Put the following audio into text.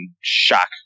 shock